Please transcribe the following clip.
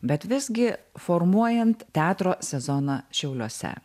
bet visgi formuojant teatro sezoną šiauliuose